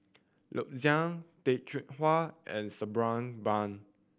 Loo Zihan Tay Chong Hai and Sabri Buang